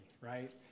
right